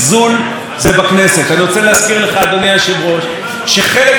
שחלק מההצלחה שלנו למנוע את העברת החוק הזה בסוף